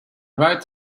right